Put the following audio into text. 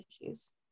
issues